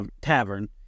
Tavern